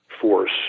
force